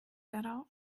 darauf